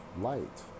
light